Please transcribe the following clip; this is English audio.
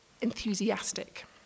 enthusiastic